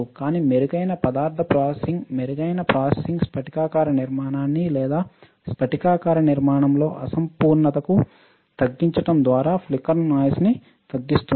కాని మెరుగైన పదార్థ ప్రాసెసింగ్ మెరుగైన ప్రాసెసింగ్స్ఫటికాకార నిర్మాణాన్ని లేదా స్ఫటికాకార నిర్మాణంలో అసంపూర్ణతను తగ్గించడం ద్వారా ఫ్లికర్ నాయిస్న్ని తగ్గిస్తుంది